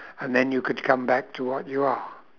and then you could come back to what you are